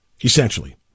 essentially